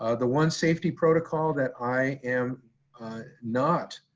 ah the one safety protocol that i am not